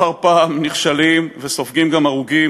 פעם אחר פעם נכשלים וסופגים גם הרוגים,